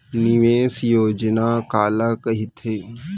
निवेश योजना काला कहिथे?